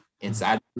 inside